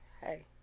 hey